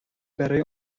برای